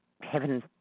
heaven